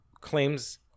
claims